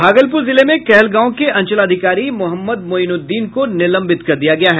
भागलपूर जिले में कहलगांव के अंचलाधिकारी मोहम्मद मोईनउददीन को निलंबित कर दिया गया है